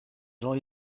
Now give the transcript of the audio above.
jean